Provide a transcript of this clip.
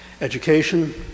education